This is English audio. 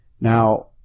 Now